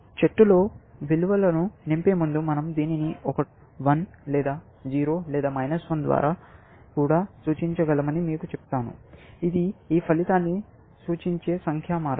చెట్టులో విలువలను నింపే ముందు మనం దీనిని 1 లేదా 0 లేదా ద్వారా కూడా సూచించగలమని మీకు చెప్తాను ఇది ఈ ఫలితాన్ని సూచించే సంఖ్యా మార్గం